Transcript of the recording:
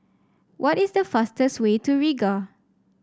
what is the fastest way to Riga